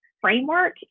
framework